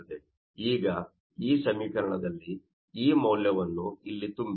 ಈಗ ಈ ಸಮೀಕರಣದಲ್ಲಿ ಈ ಮೌಲ್ಯವನ್ನು ಇಲ್ಲಿ ತುಂಬಿ